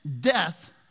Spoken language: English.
death